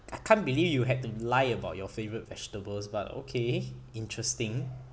I can't believe you had to lie about your favourite vegetables but okay interesting